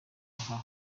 aha